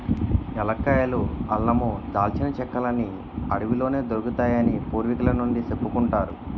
ఏలక్కాయలు, అల్లమూ, దాల్చిన చెక్కలన్నీ అడవిలోనే దొరుకుతాయని పూర్వికుల నుండీ సెప్పుకుంటారు